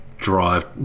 drive